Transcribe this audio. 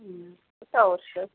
হুম তো অবশ্যই